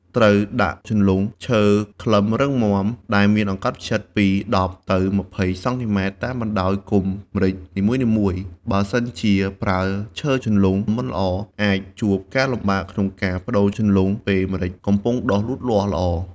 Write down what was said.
ត្រូវដាក់ជន្លង់ឈើខ្លឹមរឹងមាំ ដែលមានអង្កត់ផ្ចិតពី ១០ទៅ២០សង់ទីម៉ែត្រ តាមបណ្តាយគុម្ពម្រេចនីមួយៗ បើសិនជាប្រើឈើជន្លង់មិនល្អ អាចជួបការលំបាកក្នុងការប្តូរជន្លង់ពេលម្រេចកំពុងដុះលូតលាស់ល្អ។